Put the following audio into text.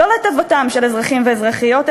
לא לטובתם של אזרחים ואזרחיות,